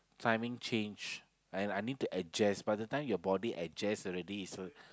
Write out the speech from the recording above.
timing change and I need to adjust by the time you body adjust already it's